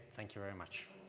thank you very much.